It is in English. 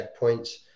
checkpoints